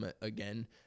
again